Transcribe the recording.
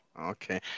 Okay